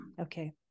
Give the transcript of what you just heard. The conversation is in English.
okay